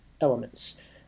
elements